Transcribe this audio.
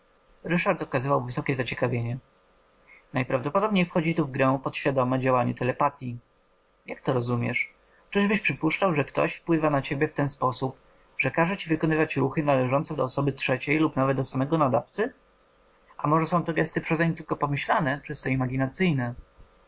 ryszard okazywał wysokie zaciekawienie najprawdopodobniej wchodzi tu w grę podświadome działanie telepatyi jak to rozumiesz czyżbyś przypuszczał że ktoś wpływa na ciebie w ten sposób że każe ci wykonywać ruchy należące do osoby trzeciej lub nawet do samego nadawcy a może są to gesty przezeń tylko pomyślane czysto